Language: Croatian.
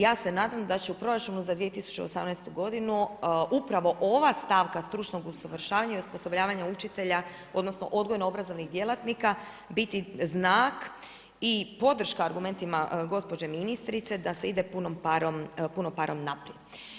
Ja se nadam da će u proračunu za 2018. godinu upravo ova stavka stručnog usavršavanja i osposobljavanja učitelja odnosno odgojno-obrazovnih djelatnika biti znak i podrška argumentima gospođe ministrice da se ide punom parom naprijed.